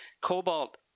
cobalt